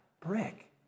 Brick